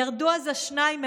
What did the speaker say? // ירדו אז השניים,